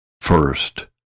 First